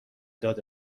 داد